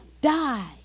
die